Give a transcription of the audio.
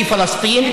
היא פלסטין,